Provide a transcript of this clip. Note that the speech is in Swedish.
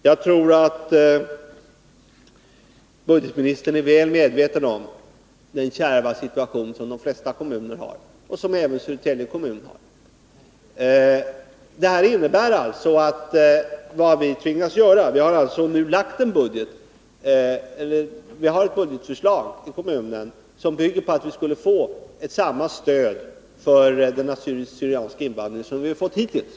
Jag tror att budgetministern är väl medveten om den kärva situation som råder i de flesta kommuner och även i Södertälje kommun. Där har vi ett budgetförslag som bygger på att kommunen skulle få samma stöd för den assyriska/syrianska invandringen som kommunen haft hittills.